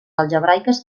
algebraiques